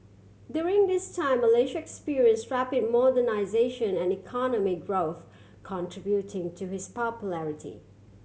during this time Malaysia experience rapid modernisation and economic growth contributing to his popularity